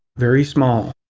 very small.